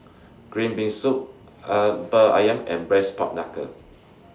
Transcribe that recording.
Green Bean Soup Ayam and Braised Pork Knuckle